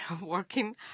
working